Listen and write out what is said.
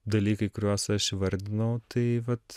dalykai kuriuos aš įvardinau tai vat